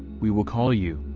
we will call you.